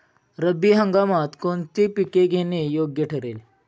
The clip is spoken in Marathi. रब्बी हंगामात कोणती पिके घेणे योग्य ठरेल?